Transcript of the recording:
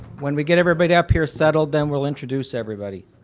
when we get everybody up here settled then we'll introduce everybody.